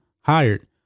hired